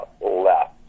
left